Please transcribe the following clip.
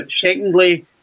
Secondly